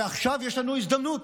ועכשיו יש לנו הזדמנות.